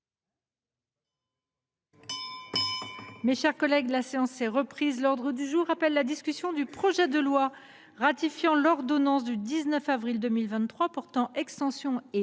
est suspendue. La séance est reprise. L’ordre du jour appelle la discussion du projet de loi ratifiant l’ordonnance n° 2023 285 du 19 avril 2023 portant extension et